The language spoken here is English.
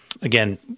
Again